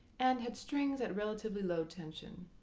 and had strings at relatively low tension.